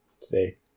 Today